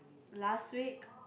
last week